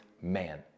man